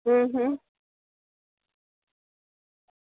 હં હં